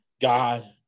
god